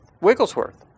Wigglesworth